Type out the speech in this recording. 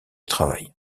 travail